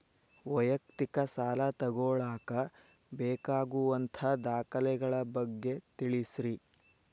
ವೈಯಕ್ತಿಕ ಸಾಲ ತಗೋಳಾಕ ಬೇಕಾಗುವಂಥ ದಾಖಲೆಗಳ ಬಗ್ಗೆ ತಿಳಸ್ರಿ